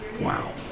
Wow